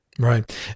Right